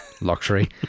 luxury